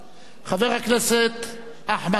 חבר הכנסת אחמד דבאח,